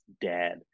dead